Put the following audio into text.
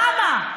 למה?